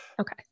okay